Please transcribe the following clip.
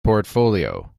portfolio